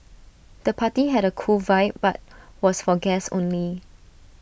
the party had A cool vibe but was for guests only